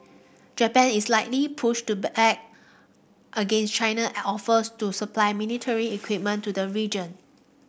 Japan is likely push to back against China offers to supply military equipment to the region